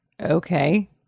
okay